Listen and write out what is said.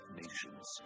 nations